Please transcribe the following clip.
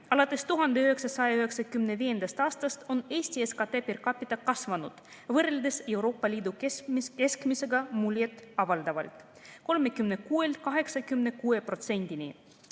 Alates 1995. aastast on Eesti SKTper capitakasvanud võrreldes Euroopa Liidu keskmisega muljet avaldavalt: 36%‑st